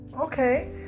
Okay